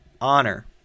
honor